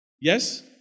Yes